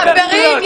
חברים.